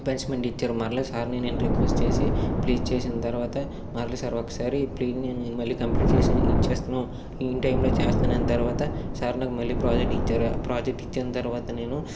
punishment ఇచ్చారు మరలా సార్ని నేను రిక్వెస్ట్ చేసి ప్లీస్ చేసిన తర్వాత మరలా ఒక్కసారి ప్లీ నేను మళ్ళీ నేను కంప్లీట్ చేసి ఇచ్చేస్తాను ఇన్టైంలో చేస్తాను అన్న తర్వాత సార్ నాకు మళ్ళీ ప్రాజెక్ట్ ఇచ్చారు ఆ ప్రాజెక్ట్ ఇచ్చిన తర్వాత నేను